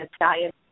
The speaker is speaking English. Italian